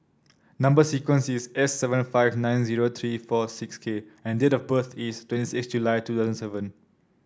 number sequence is S seventy five nine zero three four six K and date of birth is twenty six July two thousand seven